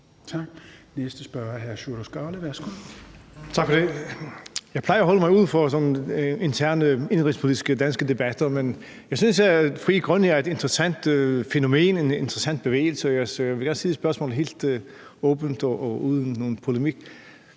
Tak. Næste spørger er hr. Sjúrður Skaale. Værsgo. Kl. 16:24 Sjúrður Skaale (JF): Tak for det. Jeg plejer at holde mig uden for interne indenrigspolitiske danske debatter, men jeg synes, at Frie Grønne er et interessant fænomen, en interessant bevægelse, og jeg vil gerne stille et spørgsmål helt åbent og uden nogen